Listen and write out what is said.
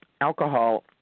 alcohol